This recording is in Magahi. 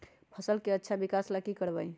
फसल के अच्छा विकास ला की करवाई?